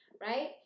right